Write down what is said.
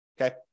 okay